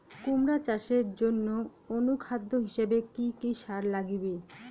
কুমড়া চাষের জইন্যে অনুখাদ্য হিসাবে কি কি সার লাগিবে?